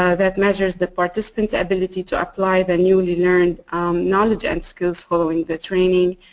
ah that measures the participant's ability to apply the newly learned knowledge and skills following the training.